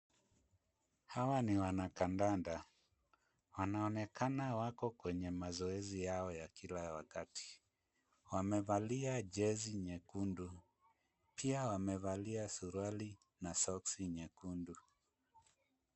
Hawa ni wanakandanda. Wanaonekana wako kwenye mazoezi yao ya kila wakati. Wamevalia jezi nyekundu. Pia wamevalia suruali na soksi nyekundu.